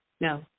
No